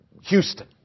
Houston